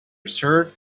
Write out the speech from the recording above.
reserved